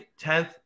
10th